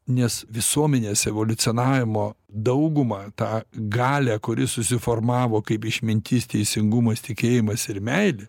nes visuomenės evoliucionavimo daugumą tą galią kuri susiformavo kaip išmintis teisingumas tikėjimas ir meilė